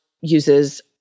uses